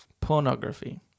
Pornography